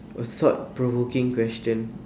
a thought-provoking question